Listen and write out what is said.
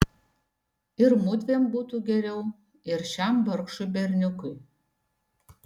ir mudviem būtų geriau ir šiam vargšui berniukui